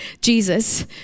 Jesus